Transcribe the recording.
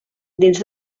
dins